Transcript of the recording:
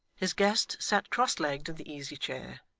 his guest sat cross-legged in the easy-chair,